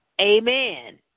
Amen